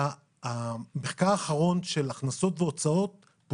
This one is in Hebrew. המחקר האחרון של הכנסות והוצאות של